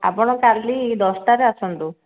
ଆପଣ କାଲି ଦଶଟାରେ ଆସନ୍ତୁ